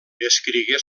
escrigué